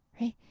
right